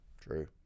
true